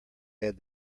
add